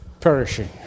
perishing